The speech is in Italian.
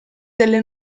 delle